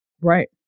Right